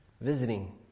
visiting